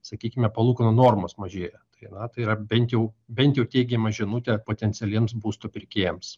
sakykime palūkanų normos mažėja tai na tai yra bent jau bent jau teigiama žinutė potencialiems būsto pirkėjams